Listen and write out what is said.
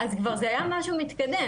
אז כבר היה משהו מתקדם.